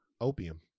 Opium